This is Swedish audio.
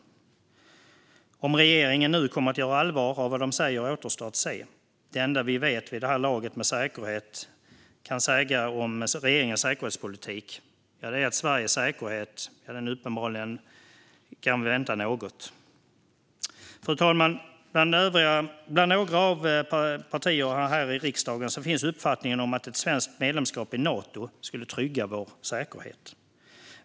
Om regeringen nu kommer att göra allvar av vad de säger återstår att se. Det enda vi vid det här laget med säkerhet kan säga om regeringens säkerhetspolitik är att Sveriges säkerhet uppenbarligen kan vänta något. Bland några av partierna här i riksdagen finns uppfattningen att ett svenskt medlemskap i Nato skulle trygga vår säkerhet.